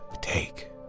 take